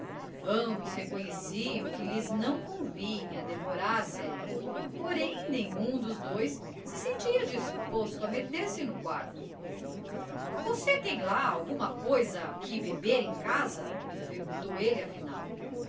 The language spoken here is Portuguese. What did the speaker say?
ambos reconheciam que lhes não convinha demorar-se ali porém nenhum dos dois se sentia disposto a meter-se no quarto você tem lá alguma coisa que beber em casa perguntou ele afinal